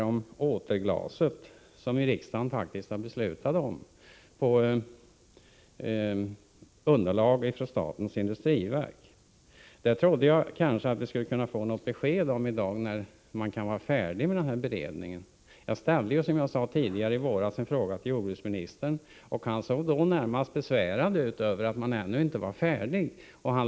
Om återglaset har riksdagen faktiskt fattat beslut på underlag från statens industriverk. Jag trodde att vi i dag skulle kunna få besked om när denna beredning skulle kunna vara färdig. Jag ställde, som jag sade tidigare, i våras en fråga till jordbruksministern, och han såg då närmast besvärad ut över att man ännu inte var färdig.